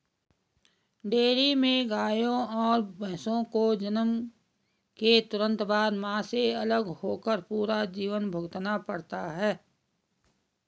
dairy में गायों और भैंसों को जन्म के तुरंत बाद, मां से अलग होकर पूरा जीवन भुगतना पड़ता है